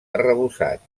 arrebossat